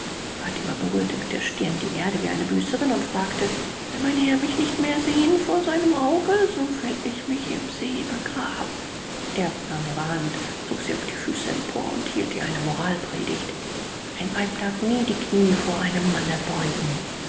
fatima berührte mit der stirn die erde wie eine büßerin und fragte will mein herr mich nicht mehr sehen vor seinem auge so will ich mich im see begraben erb nahm ihre hand zog sie auf die füße empor und hielt ihr eine moralpredigt ein weib darf nie die knie vor einem manne beugen